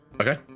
Okay